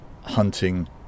hunting